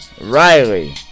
Riley